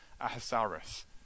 Ahasuerus